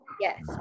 Yes